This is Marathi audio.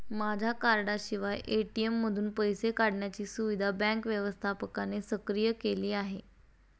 माझ्या कार्डाशिवाय ए.टी.एम मधून पैसे काढण्याची सुविधा बँक व्यवस्थापकाने सक्रिय केली आहे